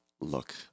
look